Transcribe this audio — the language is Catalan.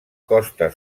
costa